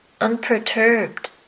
unperturbed